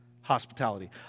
hospitality